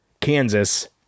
Kansas